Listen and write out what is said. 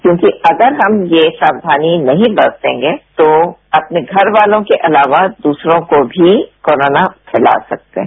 क्योंकि अगर हम ये साक्धानी नहीं बरतेंगे तो अपने घरवालों के अलावा दूसरों को भी कोरोना फैला सकते हैं